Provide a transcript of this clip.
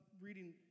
reading